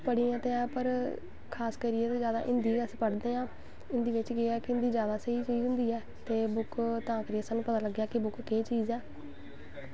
पढ़ी दियां ते हैन खास करियै हिन्दी गै अस पढ़दे आं हिन्दी बिच्च केह् ऐ कि हिन्दी जैदा स्हेई होंदी ऐ ते बुक्क तां करियै सानूं पता लग्गेआ कि बुक्क केह् चीज़ ऐ